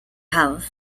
have